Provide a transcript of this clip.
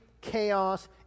chaos